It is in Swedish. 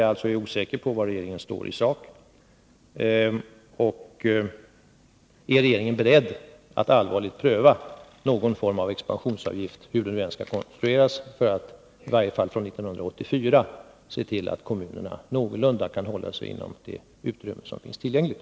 Jag är också osäker om var regeringen står i sak i den frågan. Är regeringen beredd att allvarligt pröva någon form av expansionsavgift, hur den nu skall konstrueras, för att åtminstone från 1984 se till att kommunerna kan hålla sig någorlunda inom det utrymme som finns tillgängligt?